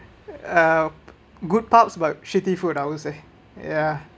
uh good pulp but shitty food I would say ya